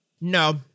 no